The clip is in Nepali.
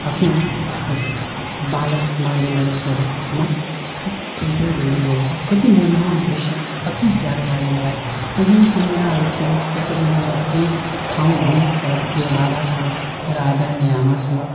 आफ्नो बालक मनले मैले सोधेँ आमा ठुल्ठुलो बिल्डिङहरू रहेछ कति मनमोहक दृश्य अति प्यारो लाग्यो मलाई र यी सम्झनाहरू थियो त्यसरी नै म धेरै ठाउँ घुमेँ र प्रिय बाबासँग मेरो आदरणीय आमासँग